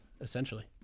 essentially